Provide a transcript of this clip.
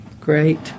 Great